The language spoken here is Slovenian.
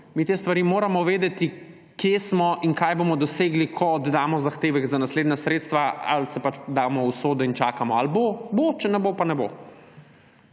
Mi te stvari moramo vedeti, kje smo in kaj bomo dosegli, ko oddamo zahtevek za naslednja sredstva. Ali se pač vdamo v usodo in čakamo: če bo, bo, če ne bo, pa ne bo.